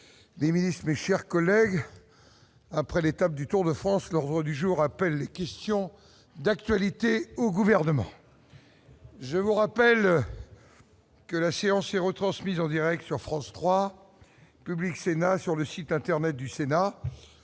les ministres, mes chers collègues, après l'étape du Tour de France, l'ordre du jour appelle les questions d'actualité au gouvernement, je vous rappelle que la science est retransmise en Direct sur France 3 Public Sénat sur le site internet du Sénat